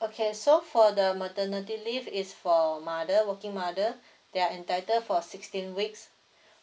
okay so for the maternity leave is for mother working mother they entitle for sixteen weeks